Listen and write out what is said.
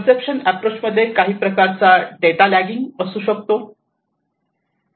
perception approach मध्ये काही प्रकारचा डेटालॅकिंग असू शकतो